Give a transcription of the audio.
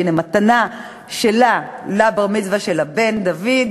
הנה, מתנה שלה לבר-מצווה של הבן, דוד,